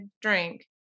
drink